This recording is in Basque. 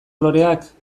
loreak